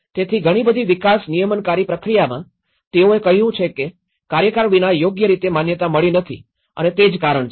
તેથી ઘણી બધી વિકાસ નિયમનકારી પ્રક્રિયામાં તેઓએ કહ્યું કે કાર્યકાળ વિના યોગ્ય રીતે માન્યતા મળી નથી અને તે જ કારણ છે